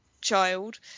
child